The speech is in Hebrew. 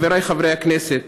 חבריי חברי הכנסת,